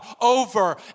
over